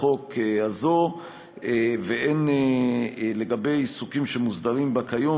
חוק זו והן לגבי העיסוקים המוסדרים בה כיום,